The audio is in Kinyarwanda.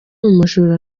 umujura